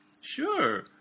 Sure